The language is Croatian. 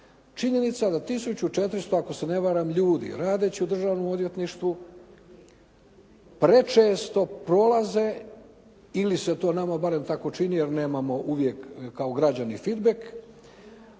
činjenica da 1 400, ako se ne varam ljudi radeći u Državnom odvjetništvu prečesto prolaze ili se to nama barem tako čini jer nemamo uvijek kao građani feedback,